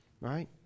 right